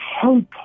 hope